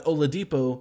Oladipo